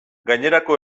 gainerako